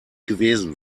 gewesen